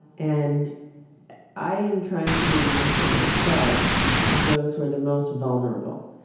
and i am trying to be mindful myself of those who are the most vulnerable.